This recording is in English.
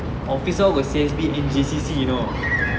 officer all got C_S_B and J_C_C you know